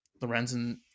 Lorenzen